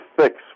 fix